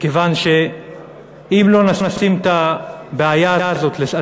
מכיוון שאם לא נשים את הבעיה הזאת על